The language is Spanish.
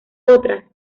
otras